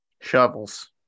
Shovels